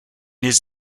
his